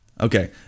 Okay